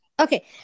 Okay